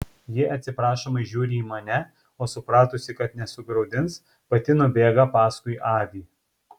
ji atsiprašomai žiūri į mane o supratusi kad nesugraudins pati nubėga paskui avį